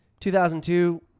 2002